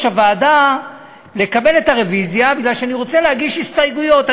הוועדה לקבל את הרוויזיה מפני שאני רוצה להגיש הסתייגויות.